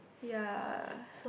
ya